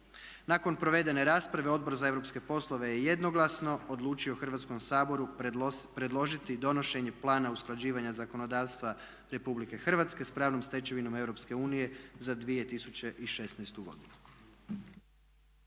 Nakon provedene rasprave Odbor za europske poslove je jednoglasno odlučio Hrvatskom saboru predložiti donošenje Plana usklađivanja zakonodavstva Republike Hrvatske s pravnom stečevinom Europske unije